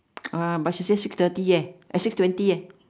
ah but she say six thirty eh uh six twenty eh